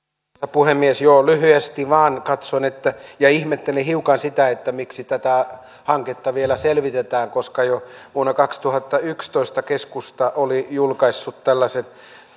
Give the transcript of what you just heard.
puhemies joo lyhyesti vain katson ja ihmettelen hiukan sitä miksi tätä hanketta vielä selvitetään koska jo vuonna kaksituhattayksitoista keskusta oli julkaissut tällaisen